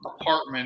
apartment